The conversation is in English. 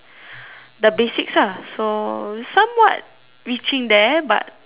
the basic lah so somewhat reaching there but not yet